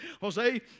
Jose